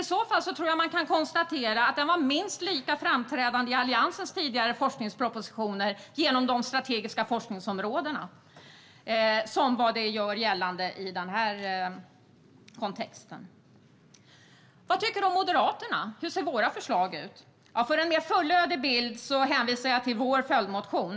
I så fall tror jag att man kan konstatera att den var minst lika framträdande i Alliansens tidigare forskningspropositioner genom de strategiska forskningsområdena som det som görs gällande i denna kontext. Vad tycker då Moderaterna? Hur ser våra förslag ut? För en mer fulllödig bild hänvisar jag till vår följdmotion.